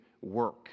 work